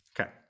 Okay